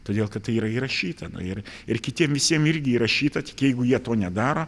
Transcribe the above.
todėl kad tai yra įrašyta na ir ir kitiem visiem irgi įrašyta tik jeigu jie to nedaro